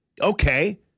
okay